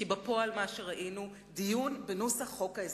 כי בפועל מה שראינו היה דיון בנוסח חוק ההסדרים,